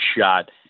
shot